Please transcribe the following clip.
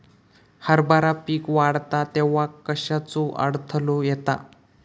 हरभरा पीक वाढता तेव्हा कश्याचो अडथलो येता?